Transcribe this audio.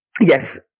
Yes